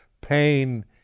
pain